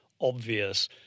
obvious